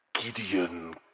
Gideon